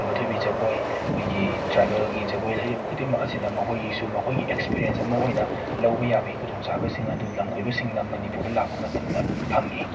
ꯈꯝꯕ ꯊꯣꯏꯕꯤ ꯖꯥꯒꯣꯏ ꯑꯩꯈꯣꯏꯒꯤ ꯇ꯭ꯔꯥꯏꯕꯦꯜꯒꯤ ꯖꯥꯒꯣꯏ ꯂꯩꯔꯤꯕ ꯈꯨꯗꯤꯡꯃꯛ ꯑꯁꯤꯗ ꯃꯈꯣꯏꯒꯤꯁꯨ ꯃꯈꯣꯏꯒꯤ ꯑꯦꯛꯁꯄꯤꯔꯦꯟꯁ ꯑꯃ ꯑꯣꯏꯅ ꯂꯧꯕ ꯌꯥꯕꯒꯤ ꯈꯨꯗꯣꯡꯆꯕꯁꯤꯡ ꯑꯗꯨ ꯂꯝꯀꯣꯏꯕꯁꯤꯡꯅ ꯃꯥꯅꯤꯄꯨꯔꯗ ꯂꯥꯛꯄ ꯃꯇꯝꯗ ꯐꯪꯉꯤ